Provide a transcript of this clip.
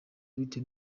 bitewe